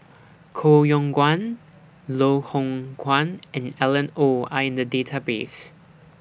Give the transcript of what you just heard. Koh Yong Guan Loh Hoong Kwan and Alan Oei Are in The Database